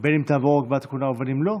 בין שתעבור הגבלת הכהונה ובין שלא,